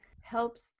helps